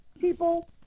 People